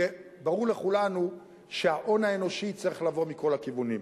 ברור לכולנו שההון האנושי צריך לבוא מכל הכיוונים.